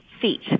feet